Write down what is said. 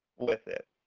with it.